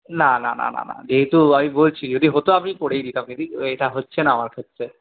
না না না না যেহেতু আমি বলছি যদি হতো আমি করেই দিতাম দিদি এটা হচ্ছে না আমার ক্ষেত্রে